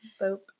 Boop